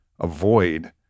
avoid